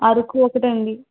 అరకు ఒకటండి